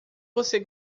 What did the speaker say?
você